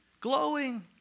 glowing